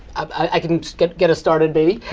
i can get get us started, maybe.